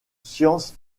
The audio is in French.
science